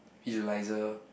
Eliza